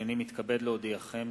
הנני מתכבד להודיעכם,